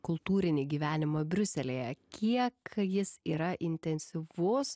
kultūrinį gyvenimą briuselyje kiek jis yra intensyvus